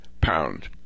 pound